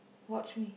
watch me